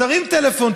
תרים טלפון,